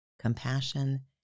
compassion